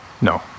no